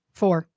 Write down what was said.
four